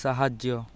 ସାହାଯ୍ୟ